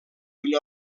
una